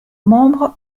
membre